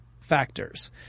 factors